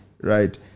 right